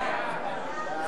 מי נגד?